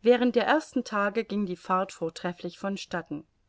während der ersten tage ging die fahrt vortrefflich von